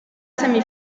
semi